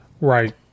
right